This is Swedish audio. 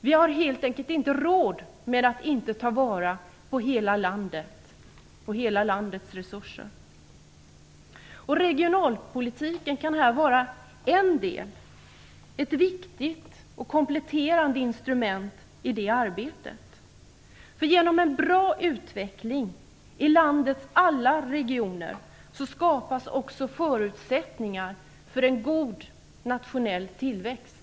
Vi har helt enkelt inte råd att inte ta vara på hela landet och hela landets resurser. Regionalpolitiken skall vara ett viktigt och kompletterande instrument i det arbetet. Genom en bra utveckling i landets alla regioner skapas också förutsättningar för en god nationell tillväxt.